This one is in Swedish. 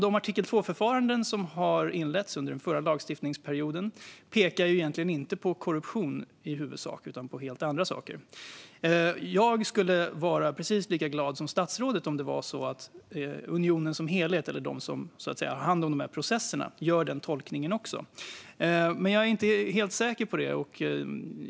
De artikel 2-förfaranden som har inletts under den förra lagstiftningsperioden pekar egentligen inte på korruption i huvudsak utan på helt andra saker. Jag skulle vara precis lika glad som statsrådet om de som har hand om de här processerna gör den tolkningen också, men jag är inte helt säker på att det är så.